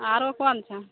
आरो कोन छै